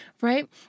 right